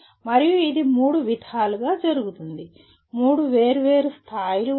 మరియు ఇది మూడు విధాలుగా జరుగుతుంది మూడు వేర్వేరు స్థాయిలు ఉన్నాయి